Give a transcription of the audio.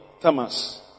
thomas